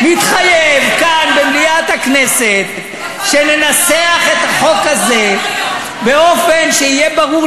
מתחייב כאן במליאת הכנסת שננסח את החוק הזה באופן שיהיה ברור,